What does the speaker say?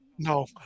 No